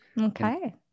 Okay